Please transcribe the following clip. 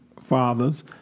fathers